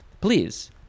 please